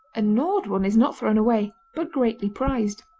a gnawed one is not thrown away but greatly prized.